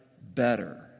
better